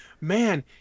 man